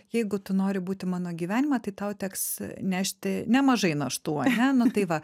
jeigu tu nori būti mano gyvenime tai tau teks nešti nemažai naštų ane nu tai va